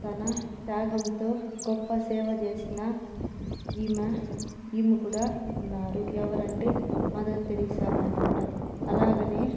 తన త్యాగంతో గొప్ప సేవ చేసిన ఈమె ఈమె కూడా ఉన్నారు ఎవరంటే మదర్ థెరిస్సా వాళ్లు కూడా అలాగనే